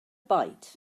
bite